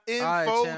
info